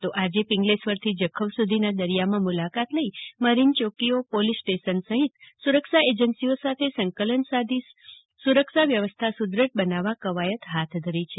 તો આજે પીંગ્લેશ્વરથી જખૌ સુધીના દરિયામાં મુલાકાત લઈ મરીન ચોકીઓ પોલીસ સ્ટેશન સહિત સુરક્ષા એજન્સીઓ સાથે સંકલન સાધી સુરક્ષા વ્યવસ્થા સુદ્રઢ બનાવવા કવાયત હાથ ધરી છે